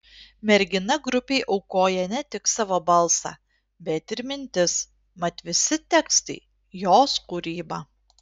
mergina grupei aukoja ne tik savo balsą bet ir mintis mat visi tekstai jos kūryba